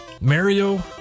Mario